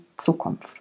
zukunft